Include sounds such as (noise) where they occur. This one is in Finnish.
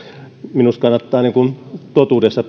minusta kannattaa pysyä totuudessa (unintelligible)